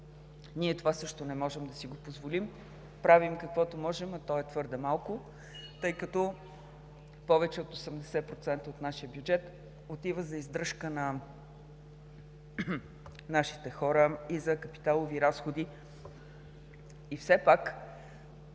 Това също не можем да си го позволим. Правим каквото можем, а то е твърде малко, тъй като повече от 80% от нашия бюджет отива за издръжка на нашите хора и за капиталови разходи. И все пак,